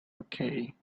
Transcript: okay